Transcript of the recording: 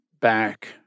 Back